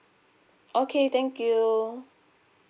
okay thank you